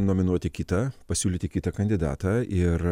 nominuoti kitą pasiūlyti kitą kandidatą ir